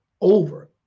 over